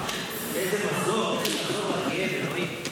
אפשר להיכנס בהם.